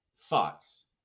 thoughts